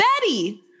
Betty